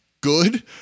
good